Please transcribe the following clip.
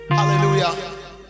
Hallelujah